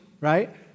right